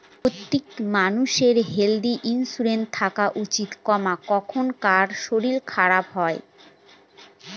প্রত্যেক মানষের health insurance থাকা উচিত, কখন কার শরীর খারাপ হয়